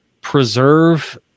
preserve